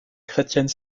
chrétienne